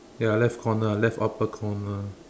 ya left corner left upper corner